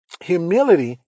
humility